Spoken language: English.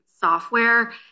software